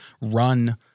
run